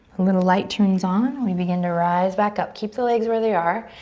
a little light turns on and we begin to rise back up. keep the legs where they are.